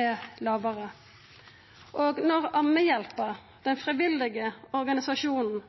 er lågare? Når Ammehjelpen, den frivillige organisasjonen,